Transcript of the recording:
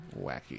wacky